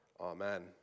Amen